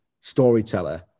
storyteller